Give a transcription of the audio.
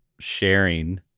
sharing